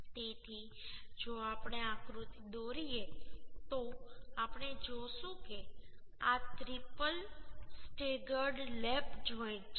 તેથી જો આપણે આકૃતિ દોરીએ તો આપણે જોશું કે આ ટ્રિપલ સ્ટેગર્ડ લેપ જોઈન્ટ છે